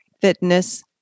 fitness